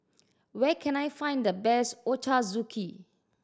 where can I find the best Ochazuke